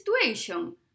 situation